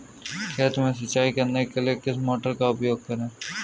खेत में सिंचाई करने के लिए किस मोटर का उपयोग करें?